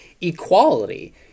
equality